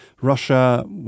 Russia